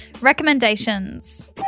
recommendations